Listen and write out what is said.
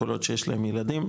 כל עוד שיש להם ילדים.